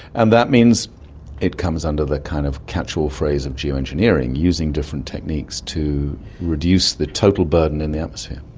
and that means it comes under the kind of catchall phrase of geo-engineering, using different techniques to reduce the total burden in the atmosphere.